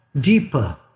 deeper